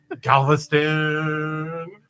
Galveston